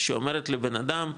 שאומרת לבנאדם,